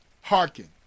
Hearken